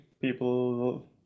people